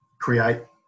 create